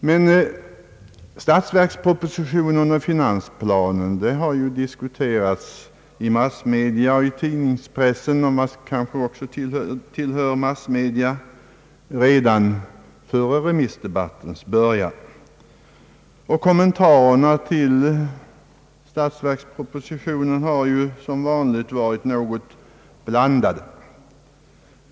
Men statsverkspropositionen och finansplanen har ju diskuterats i tidningarna och andra massmedia redan före remissdebattens början, och kommentarerna har som vanligt varit något blandade.